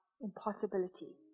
impossibility